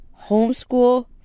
homeschool